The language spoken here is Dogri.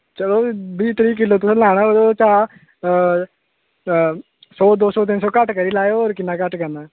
चलो बीह् त्रीह् किल्लो तुसें लैना उदे चा सौ दो सौ तिन सौ घट्ट करी लैओ होर किन्ना करना